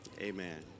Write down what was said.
Amen